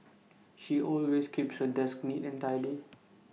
she always keeps her desk neat and tidy